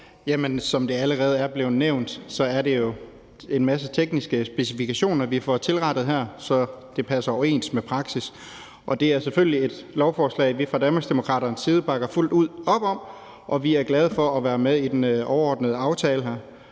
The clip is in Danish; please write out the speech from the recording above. Som det allerede er blevet nævnt, er det jo en masse tekniske specifikationer, vi får tilrettet her, så det passer med praksis. Det er selvfølgelig et lovforslag, vi fra Danmarksdemokraternes side bakker fuldt ud op om, og vi er glade for at være med i en overordnet aftale.